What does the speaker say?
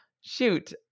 shoot